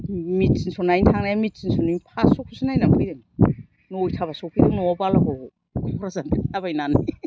मिटिनस' नायनो थांनाया मिटिनस'नि पास स'खौसो नायनानै फैदों नयथाबासोआवसो सफैदों न'आव बालागावआव क'क्राझारनिफ्राय थाबायनानै